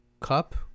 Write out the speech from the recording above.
cup